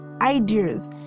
ideas